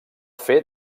fer